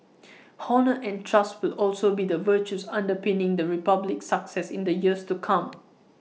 honour and trust will also be the virtues underpinning the republic's success in the years to come